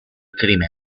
crimen